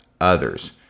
others